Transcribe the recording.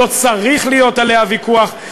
לא צריך להיות עליה ויכוח.